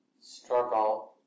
struggle